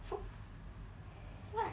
fo~ what